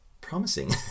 promising